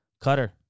Cutter